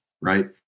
right